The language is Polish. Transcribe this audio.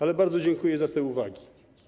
Ale bardzo dziękuję za te uwagi.